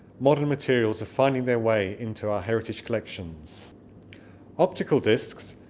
modern materials are finding their way into our heritage collections optical discs,